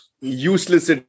useless